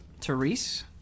Therese